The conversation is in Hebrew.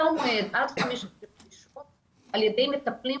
ידי מטפלים,